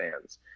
fans